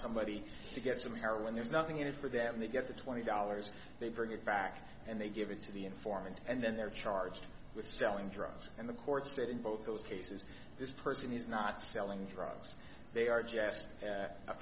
somebody to get some heroin there's nothing in it for them they get the twenty dollars they bring it back and they give it to the informant and then they're charged with selling drugs and the court said in both those cases this person is not selling drugs they are just